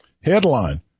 Headline